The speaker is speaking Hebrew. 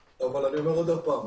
אבל אני אומר עוד פעם,